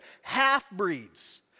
half-breeds